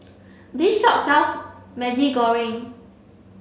this shop sells Maggi Goreng